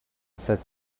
said